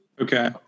Okay